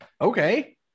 Okay